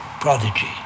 prodigy